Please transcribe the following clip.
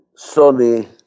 Sony